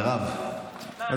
מירב, יש אוכל נחמד בחוץ.